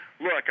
Look